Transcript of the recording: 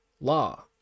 law